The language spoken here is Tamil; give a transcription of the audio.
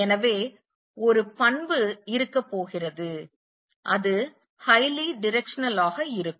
எனவே ஒரு பண்பு இருக்க போகிறது அது highly directional ஆக இருக்கும்